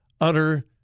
utter